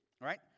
right